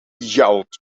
yelled